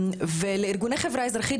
לארגוני חברה אזרחית,